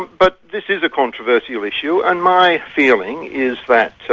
but this is a controversial issue, and my feeling is that. so